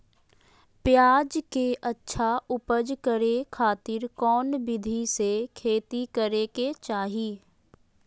प्याज के अच्छा उपज करे खातिर कौन विधि से खेती करे के चाही?